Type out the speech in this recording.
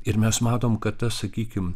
ir mes matom kad tas sakykim